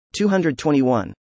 221